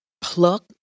pluck